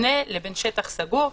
מבנה לשטח סגור.